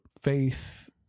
faith